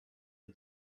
who